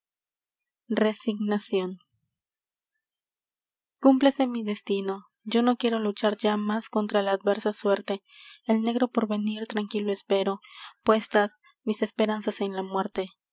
resignacion cúmplase mi destino yo no quiero luchar ya más contra la adversa suerte el negro porvenir tranquilo espero puestas mis esperanzas en la muerte